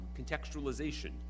contextualization